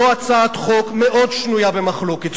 זו הצעת חוק מאוד שנויה במחלוקת,